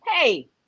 hey